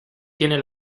tiene